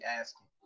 asking